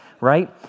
right